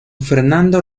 fernando